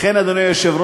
לכן, אדוני היושב-ראש,